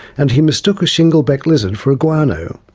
and he mistook a shingleback lizard for a guano,